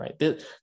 right